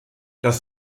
das